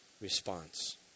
response